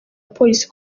polisi